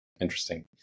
Interesting